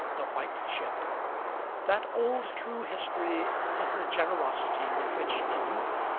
the white ship that old true history of the generosity with which a youth,